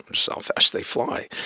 but so fast they fly.